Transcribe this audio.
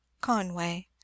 Conway